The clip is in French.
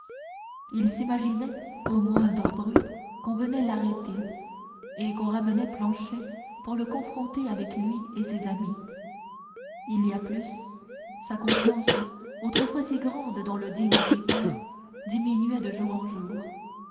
il s'imaginait au moindre bruit qu'on venait l'arrêter et qu'on ramenait planchet pour le confronter avec lui et ses amis il y a plus sa confiance autrefois si grande dans le digne picard diminuait de jour en jour